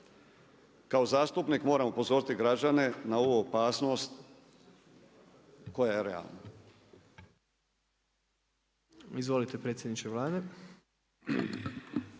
Kao zastupnik, moram upozoriti građane, na ovu opasnost, koja je realna.